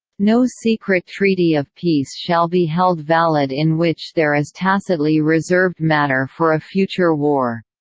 no secret treaty of peace shall be held valid in which there is tacitly reserved matter for a future war